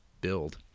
build